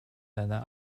deiner